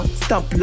stop